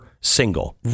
single